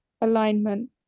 alignment